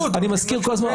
אז מזכיר כל הזמן,